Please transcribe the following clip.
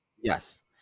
Yes